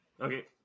Okay